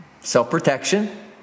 self-protection